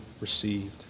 received